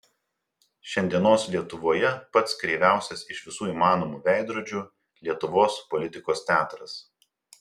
šiandienos lietuvoje pats kreiviausias iš visų įmanomų veidrodžių lietuvos politikos teatras